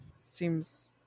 seems